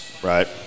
Right